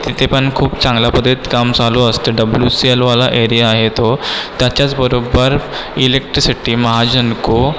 तिथेपण खूप चांगल्या पद्धतीत काम चालू असतं डब्लूसीएलवाला एरिया आहे तो त्याच्याचबरोबर इलेक्ट्रिसिटी महाजन को